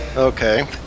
okay